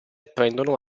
prendono